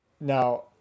now